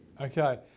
Okay